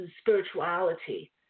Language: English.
spirituality